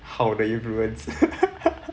好的 influence